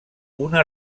una